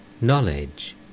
Knowledge